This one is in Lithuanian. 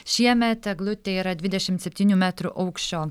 šiemet eglutė yra dvidešimt septynių metrų aukščio